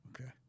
Okay